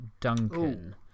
Duncan